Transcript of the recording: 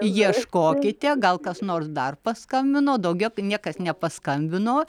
ieškokite gal kas nors dar paskambino daugiau niekas nepaskambino